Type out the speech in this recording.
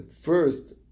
first